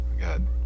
God